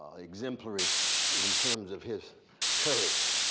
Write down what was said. ah exemplary in terms of his courage.